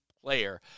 player